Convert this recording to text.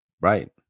Right